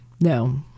No